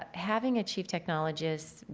ah having a chief technologist,